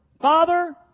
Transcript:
Father